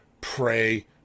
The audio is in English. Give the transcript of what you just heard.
pray